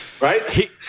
Right